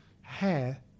hair